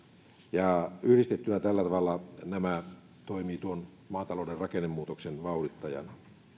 ja yhdistettynä tällä tavalla nämä toimivat maatalouden rakennemuutoksen vauhdittajana